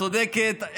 אביר קארה, את צודקת.